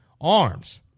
arms